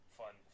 fun